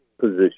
position